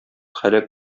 һәлак